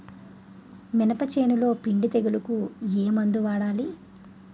మినప చేనులో పిండి తెగులుకు ఏమందు వాడాలి?